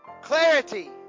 clarity